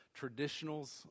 traditionals